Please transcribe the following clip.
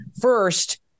First